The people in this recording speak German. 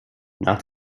nach